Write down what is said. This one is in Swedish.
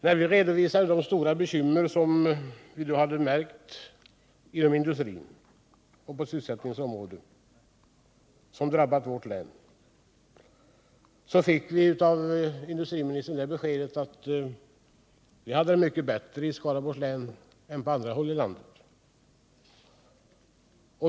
När vi redovisade de stora bekymmer som vi hade märkt inom industrin och på sysselsättningens område inom vårt län fick vi av industriministern det beskedet att vi hade det mycket bättre i Skaraborgs län än man hade på andra håll i landet.